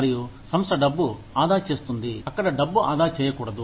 మరియు సంస్థ డబ్బు ఆదా చేస్తుంది అక్కడ డబ్బు ఆదా చేయకూడదు